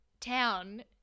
town